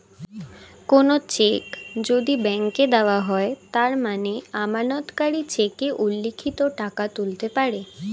কোনো চেক যদি ব্যাংকে দেওয়া হয় তার মানে আমানতকারী চেকে উল্লিখিত টাকা তুলতে পারে